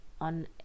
on